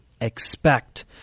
expect